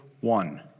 one